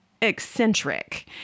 eccentric